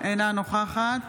אינה נוכחת